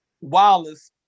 Wallace